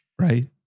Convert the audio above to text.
Right